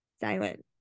silent